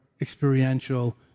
experiential